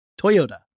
Toyota